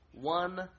one